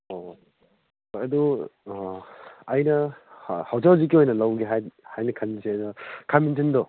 ꯑꯣ ꯍꯣꯏ ꯍꯣꯏ ꯑꯗꯣ ꯑꯩꯅ ꯍꯧꯖꯤꯛ ꯍꯧꯖꯤꯛꯀꯤ ꯑꯣꯏꯅ ꯂꯧꯒꯦ ꯍꯥꯏꯅ ꯈꯟꯕꯁꯦ ꯑꯗꯣ ꯊꯥꯡꯖꯤꯡꯗꯣ